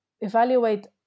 evaluate